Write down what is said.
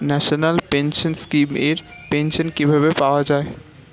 National pension scheme এর pension কিভাবে পাওয়া যায়?